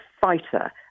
fighter